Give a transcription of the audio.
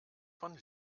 von